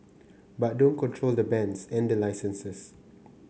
but don't control the bands and the licenses